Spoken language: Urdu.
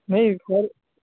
نہیں سر